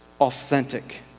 authentic